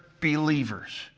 believers